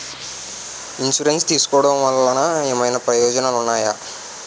Insurance తీసుకోవటం వల్ల ఏమైనా ప్రయోజనాలు ఉన్నాయా?